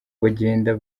bagenda